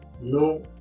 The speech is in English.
no